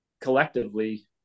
collectively